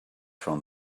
from